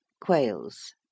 quails